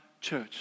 church